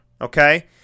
okay